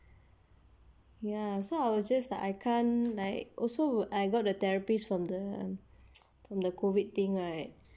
ya so I was just like I can't like also I got the therapists from the from the COVID thing right